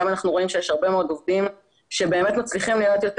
גם אנחנו רואים שיש הרבה מאוד עובדים שבאמת מצליחים להיות יותר